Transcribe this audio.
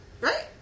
Right